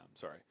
sorry